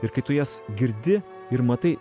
ir kai tu jas girdi ir matai